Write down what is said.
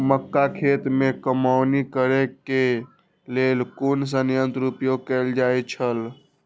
मक्का खेत में कमौनी करेय केय लेल कुन संयंत्र उपयोग कैल जाए छल?